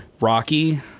Rocky